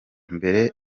mbere